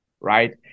right